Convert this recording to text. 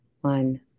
one